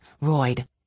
Royd